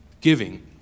giving